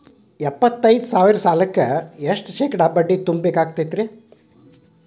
ಎಪ್ಪತ್ತೈದು ಸಾವಿರ ಸಾಲಕ್ಕ ಎಷ್ಟ ಶೇಕಡಾ ಬಡ್ಡಿ ತುಂಬ ಬೇಕಾಕ್ತೈತ್ರಿ?